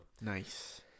nice